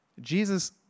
Jesus